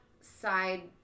side